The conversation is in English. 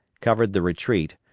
covered the retreat,